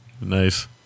Nice